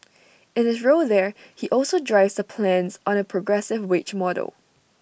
in his role there he also drives the plans on A progressive wage model